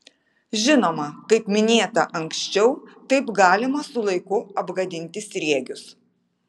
žinoma kaip minėta anksčiau taip galima su laiku apgadinti sriegius